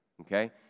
okay